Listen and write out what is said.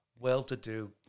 well-to-do